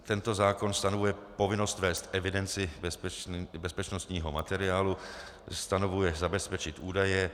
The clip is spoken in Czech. Tento zákon stanovuje povinnost vést evidenci bezpečnostního materiálu, stanovuje zabezpečit údaje.